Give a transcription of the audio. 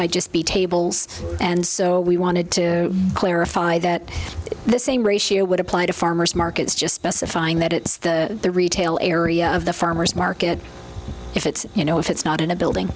might just be tables and so we wanted to clarify that the same ratio would apply to farmers markets just specifying that it's the retail area of the farmer's market if it's you know if it's not in a building